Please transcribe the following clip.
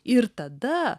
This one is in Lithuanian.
ir tada